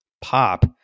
pop